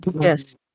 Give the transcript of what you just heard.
Yes